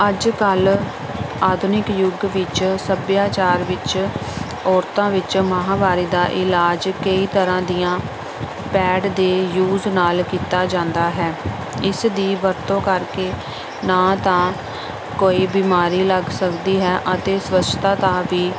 ਅੱਜ ਕੱਲ੍ਹ ਆਧੁਨਿਕ ਯੁੱਗ ਵਿੱਚ ਸੱਭਿਆਚਾਰ ਵਿੱਚ ਔਰਤਾਂ ਵਿੱਚ ਮਹਾਵਾਰੀ ਦਾ ਇਲਾਜ ਕਈ ਤਰ੍ਹਾਂ ਦੀਆਂ ਪੈਡ ਦੇ ਯੂਜ ਨਾਲ ਕੀਤਾ ਜਾਂਦਾ ਹੈ ਇਸ ਦੀ ਵਰਤੋਂ ਕਰਕੇ ਨਾ ਤਾਂ ਕੋਈ ਬਿਮਾਰੀ ਲੱਗ ਸਕਦੀ ਹੈ ਅਤੇ ਸਵੱਛਤਾ ਦਾ ਵੀ